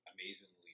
amazingly